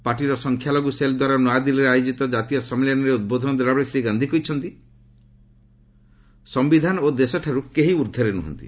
ପାର୍ଟିର ସଂଖ୍ୟାଲଘୁ ସେଲ୍ ଦ୍ୱାରା ନୂଆଦିଲ୍ଲୀରେ ଆୟୋଜିତ ଜାତୀୟ ସମ୍ମିଳନୀରେ ଉଦ୍ବୋଧନ ଦେଲାବେଳେ ଶ୍ରୀ ଗାନ୍ଧି କହିଛନ୍ତି ସମ୍ଭିଧାନ ଓ ଦେଶଠାରୁ କେହି ଊର୍ଦ୍ଧରେ ନୁହନ୍ତି